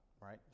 right